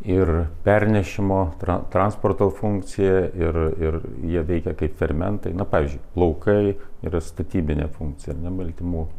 ir pernešimo transporto funkciją ir ir jie veikia kaip fermentai na pavyzdžiui plaukai yra statybinė funkcija ar ne baltymų